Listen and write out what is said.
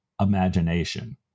imagination